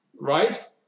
right